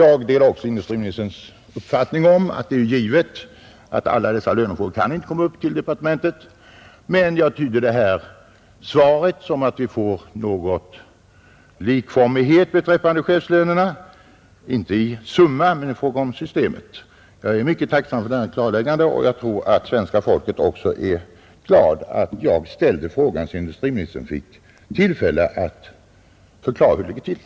Jag delar också industriministerns uppfattning att det är givet att alla dessa lönefrågor inte kan komma upp till departementet. Jag tyder emellertid svaret så, att vi får en likformighet beträffande chefslönerna, inte i fråga om summan men i fråga om systemet. Jag är mycket tacksam för detta klarläggande, och jag tror att svenska folket också uppskattar att jag ställde frågan, så att industriministern fick tillfälle att förklara hur det ligger till.